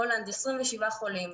הולנד 27 חולים,